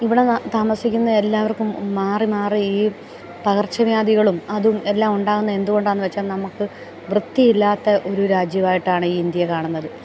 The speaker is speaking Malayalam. ഇവിടെ ന താമസിക്കുന്ന എല്ലാവർക്കും മാറി മാറി ഈ പകർച്ചവ്യാധികളും അതും എല്ലാം ഉണ്ടാകുന്നത് എന്തുകൊണ്ടാണെന്ന് വെച്ചാൽ നമുക്ക് വൃത്തിയില്ലാത്ത ഒരു രാജ്യമായിട്ടാണ് ഈ ഇന്ത്യ കാണുന്നത്